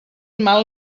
mal